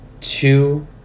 two